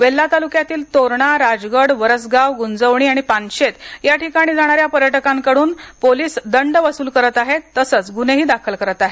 वेल्हा तालुक्यातील तोरणा राजगड वरसगाव ग्रंजवणी आणि पानशेत या ठिकाणी जाणाऱ्या पर्यटकांकड्रन पोलीस दंड वस्तूल करत आहेत आणि गुन्हेही दाखल करत आहेत